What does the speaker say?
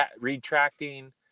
retracting